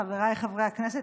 חבריי חברי הכנסת,